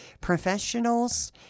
professionals